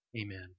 amen